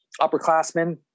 upperclassmen